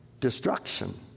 destruction